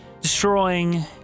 destroying